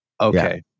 okay